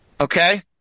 Okay